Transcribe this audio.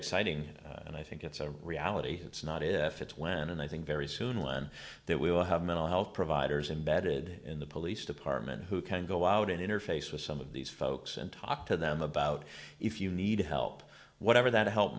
exciting and i think it's a reality it's not if it's when and i think very soon land that we will have mental health providers embedded in the police department who can go out and interface with some of these folks and talk to them about if you need help whatever that help